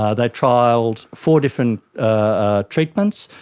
ah they trialled four different ah treatments,